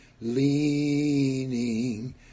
leaning